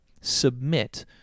submit